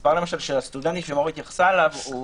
מספר הסטודנטים שמור התייחסה אליו הוא